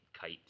kite